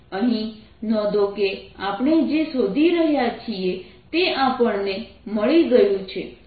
અહીં નોંધો કે આપણે જે શોધી રહ્યા છીએ તે આપણને મળી ગયું છે